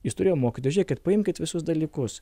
jis turėjo mokytis žiūrėkit paimkit visus dalykus